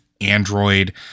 Android